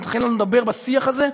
נתחיל לדבר בשיח הזה,